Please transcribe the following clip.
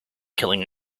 killing